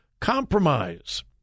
compromise